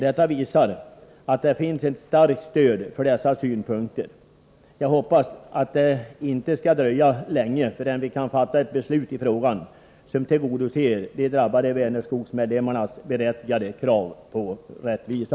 Detta visar att det finns ett starkt stöd för de synpunkter som framförts i motionen. Jag hoppas att det inte skall dröja länge förrän vi kan fatta ett beslut i frågan som tillgodoser de drabbade Vänerskogsmedlemmarnas berättigade krav på rättvisa.